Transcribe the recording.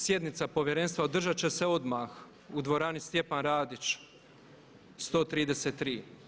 Sjednica povjerenstva održat će se odmah u dvorani Stjepan Radić 133.